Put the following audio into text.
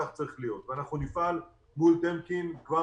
כך צריך להיות ואנחנו נפעל מול איתי טמקין כבר